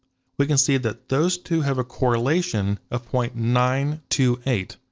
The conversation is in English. we can see that those two have a correlation of point nine two eight.